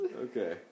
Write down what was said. Okay